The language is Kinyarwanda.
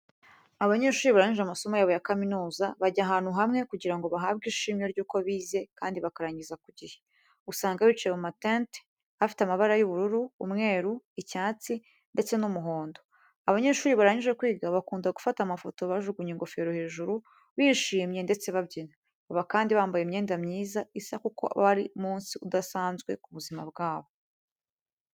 Abanyeshuri barangije amasomo yabo ya kaminuza, bajya abantu hamwe kugira ngo bahabwe ishimwe ry'uko bize kandi bakarangiza ku gihe. Usanga bicaye mu matente afite amabara y'ubururu, umweru, icyatsi, ndetse n'umuhondo. Abanyeshuri barangije kwiga bakunda gufata amafoto bajugunye ingofero hejuru, bishimye, ndetse babyina. Baba kandi bambaye imyenda myiza isa kuko aba ari umunsi udasanzwe mu buzima bwabo.